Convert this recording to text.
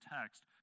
text